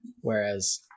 whereas